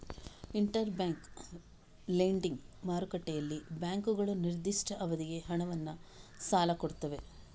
inter bank lending ಮಾರುಕಟ್ಟೆಯಲ್ಲಿ ಬ್ಯಾಂಕುಗಳು ನಿರ್ದಿಷ್ಟ ಅವಧಿಗೆ ಹಣವನ್ನ ಸಾಲ ಕೊಡ್ತವೆ